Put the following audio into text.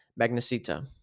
Magnesita